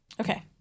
Okay